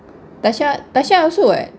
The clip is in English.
tasha tasha also [what]